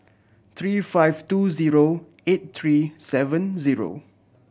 three five two zero eight three seven zero